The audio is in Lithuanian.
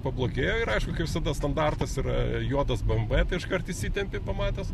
pablogėjo ir aišku kai visada standartas yra juodas bmv tai iškart įsitempi pamatęs